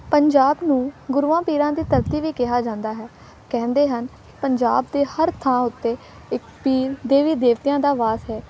ਪੰਜਾਬ ਨੂੰ ਗੁਰੂਆਂ ਪੀਰਾਂ ਦੇ ਧਰਤੀ ਵੀ ਕਿਹਾ ਜਾਂਦਾ ਹੈ ਕਹਿੰਦੇ ਹਨ ਪੰਜਾਬ ਦੇ ਹਰ ਥਾਂ ਉੱਤੇ ਇੱਕ ਪੀਰ ਦੇਵੀ ਦੇਵਤਿਆਂ ਦਾ ਵਾਸ ਹੈ